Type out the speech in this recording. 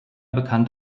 bekannt